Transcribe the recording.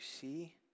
see